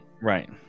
Right